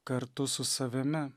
kartu su savimi